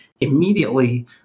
immediately